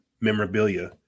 memorabilia